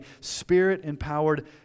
spirit-empowered